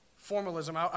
Formalism